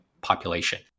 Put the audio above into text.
population